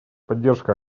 поддержка